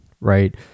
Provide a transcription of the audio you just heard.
right